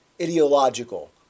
ideological